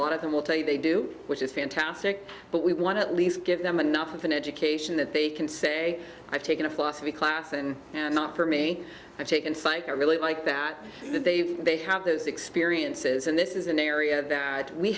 lot of them will tell you they do which is fantastic but we and at least give them enough of an education that they can say i've taken a philosophy class and now not for me to take in psych i really like that they've they have those experiences and this is an area that we